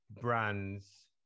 brands